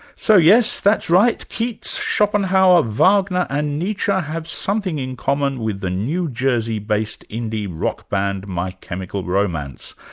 so yes, that's right, keats, schopenhauer, wagner and nietzsche have something in common with the new jersey-based indie rock band, my chemical romance,